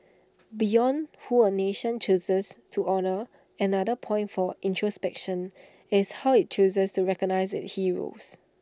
beyond who A nation chooses to honour another point for introspection is how IT chooses to recognise its heroes